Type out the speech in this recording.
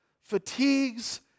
fatigues